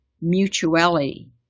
mutuality